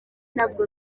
ntabwo